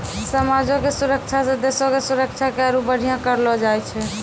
समाजो के सुरक्षा से देशो के सुरक्षा के आरु बढ़िया करलो जाय छै